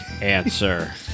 answer